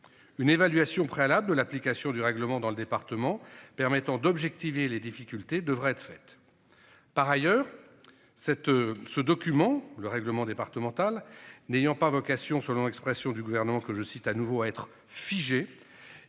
Une évaluation préalable de l'application du règlement dans le département permettant d'objectiver les difficultés devraient être faites. Par ailleurs cette ce document le règlement départemental n'ayant pas vocation selon l'expression du gouvernement que je cite à nouveau être figé.